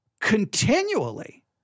Continually